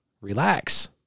relax